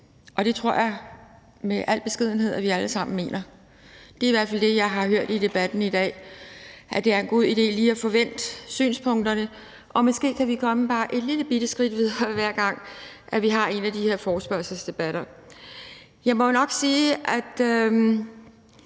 Det tror jeg i al beskedenhed at vi alle sammen mener. Det er i hvert fald det, jeg har hørt i debatten i dag. Det er en god idé lige at få vendt synspunkterne, og måske kan vi komme bare et lillebitte skridt videre, hver gang vi har en af de her forespørgselsdebatter. Jeg må nok sige til